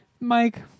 Mike